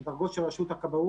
זה דירוג של רשות הכבאות